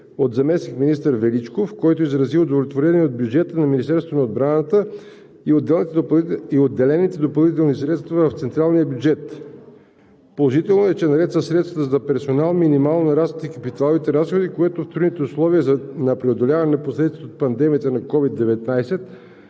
от заместник-министър Величков, който изрази удовлетворение от бюджета на Министерството на отбраната и отделените допълнителни средства в централния бюджет. Положително е, че наред със средствата за персонал, минимално нарастват и капиталовите разходи, което в трудните условия на преодоляване на последиците от пандемията COVID-19,